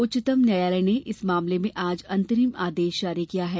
उच्चतम न्यायालय ने इस मामले में आज अंतरिम आदेश जारी किया है